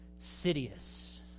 Sidious